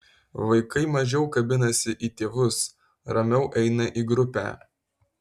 vaikai mažiau kabinasi į tėvus ramiau eina į grupę